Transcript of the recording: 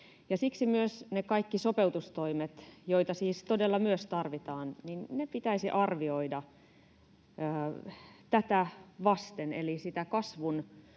ne kaikki sopeutustoimet, joita siis todella myös tarvitaan, pitäisi arvioida tätä vasten eli sitä